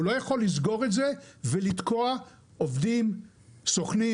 הוא לא יכול לסגור את זה ולתקוע עובדים, סוכנים,